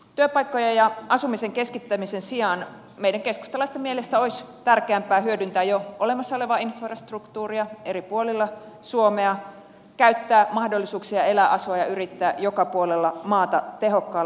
työpaikkojen ja asumisen keskittämisen sijaan meidän keskustalaisten mielestä olisi tärkeämpää hyödyntää jo olemassa olevaa infrastruktuuria eri puolilla suomea käyttää mahdollisuuksia elää asua ja yrittää joka puolella maata tehokkaalla tavalla